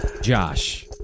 Josh